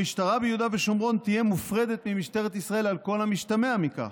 המשטרה ביהודה ושומרון תהיה מופרדת ממשטרת ישראל על כל המשתמע מכך.